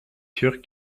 sûr